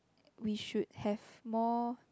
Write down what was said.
we should have more